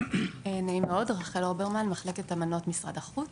נעים מאוד רחל אוברמן, מחלקת אמנות משרד החוץ,